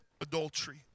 adultery